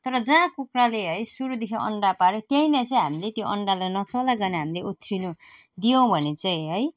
तर जहाँ कुखुराले है सुरुदेखि अन्डा पार्यो त्यहीँ नै चाहिँ हामीले त्यो अन्डालाई नचलाईकन हामीले ओथ्रिनु दियौँ भने चाहिँ है